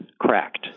cracked